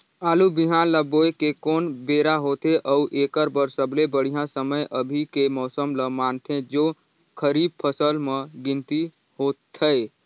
आलू बिहान ल बोये के कोन बेरा होथे अउ एकर बर सबले बढ़िया समय अभी के मौसम ल मानथें जो खरीफ फसल म गिनती होथै?